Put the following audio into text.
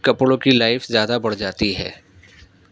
کپڑوں کی لائف زیادہ بڑھ جاتی ہے